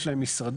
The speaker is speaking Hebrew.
יש להם משרדים,